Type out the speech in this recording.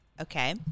Okay